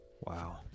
Wow